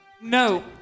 no